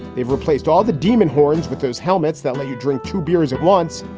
they've replaced all the demon horns with those helmets that let you drink two beers at once.